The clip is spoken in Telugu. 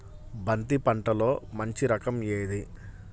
బంతి పంటలో మంచి రకం ఏది?